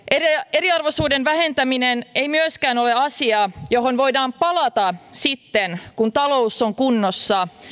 eriarvoisuuden vähentäminen ei myöskään ole asia johon voidaan palata sitten kun talous on kunnossa